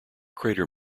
crater